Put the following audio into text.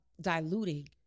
diluting